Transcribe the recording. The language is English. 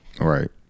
Right